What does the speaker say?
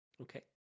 Okay